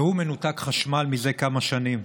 והוא מנותק מחשמל מזה כמה שנים.